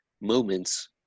moments